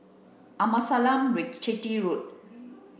Amasalam Chetty Road